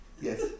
Yes